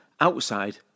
outside